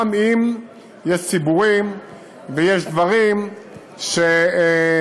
גם אם יש ציבורים ויש דברים שהשירות